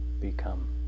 become